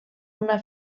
una